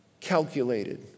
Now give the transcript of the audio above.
calculated